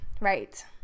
right